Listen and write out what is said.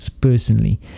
personally